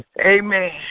Amen